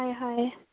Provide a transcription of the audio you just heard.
হয় হয়